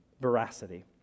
veracity